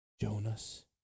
Jonas